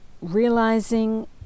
realizing